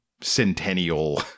centennial